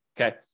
Okay